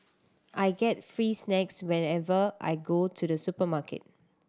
I get free snacks whenever I go to the supermarket